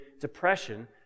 depression